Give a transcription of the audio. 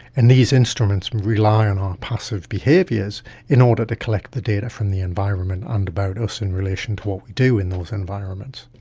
and these instruments rely on our passive behaviours in order to collect the data from the environment and about us in relation to what we do in those environments.